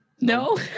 No